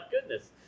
goodness